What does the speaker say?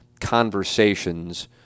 conversations